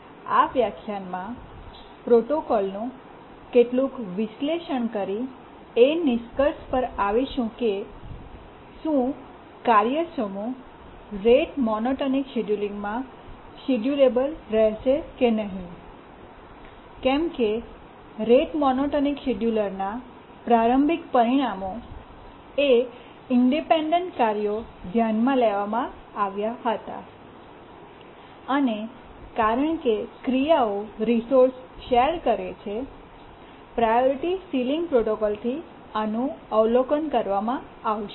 આ વ્યાખ્યાનમાં પ્રોટોકોલનું કેટલુક વિશ્લેષણ કરી એ નિષ્કર્ષ પર આવશું કે શું કાર્ય સમૂહ રેટ મોનોટોનિક શેડયુલિંગમાં શેડ્યૂલેબલ રહેશે કે નહીં કેમ કે રેટ મોનોટોનિક શિડ્યુલરના પ્રારંભિક પરિણામો એ ઇંડિપેંડેન્ટ કાર્યો ધ્યાનમાં લેવામાં આવ્યા હતા અને કારણ કે ક્રિયાઓ રિસોર્સ શેર કરે છેપ્રાયોરિટી સીલીંગ પ્રોટોકોલથી આનું અવલોકન કરવામાં આવશે